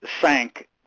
sank